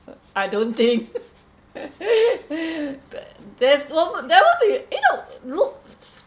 I don't think that there's one more there you know look